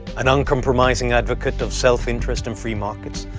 an uncompromising advocate of self-interest and free markets,